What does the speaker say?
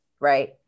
right